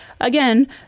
again